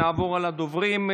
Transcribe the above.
נעבור על הדוברים.